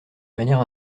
manière